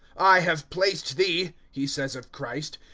i have placed thee he says of christ,